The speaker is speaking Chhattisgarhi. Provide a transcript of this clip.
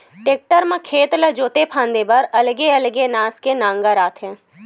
टेक्टर म खेत ला जोते फांदे बर अलगे अलगे नास के नांगर आथे